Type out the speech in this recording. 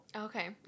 Okay